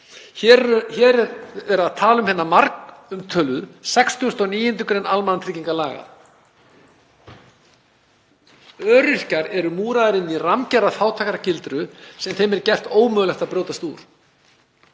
er verið að tala um hina margumtöluðu 69. gr. almannatryggingalaga. Öryrkjar eru múraðir inn í rammgerða fátæktargildru sem þeim er gert ómögulegt að brjótast úr.